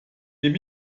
dem